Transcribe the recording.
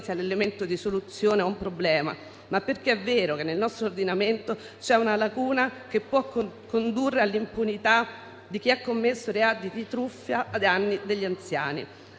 sia l'elemento di soluzione a un problema, ma perché è vero che nel nostro ordinamento c'è una lacuna che può condurre all'impunità di chi ha commesso reati di truffa ai danni degli anziani.